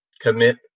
commit